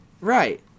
Right